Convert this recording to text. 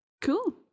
cool